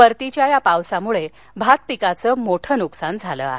परतीच्या या पावसामुळे भातपिकाचं मोठं नुकसान झालं आहे